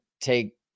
take